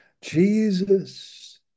Jesus